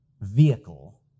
vehicle